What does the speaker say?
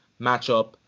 matchup